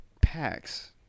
packs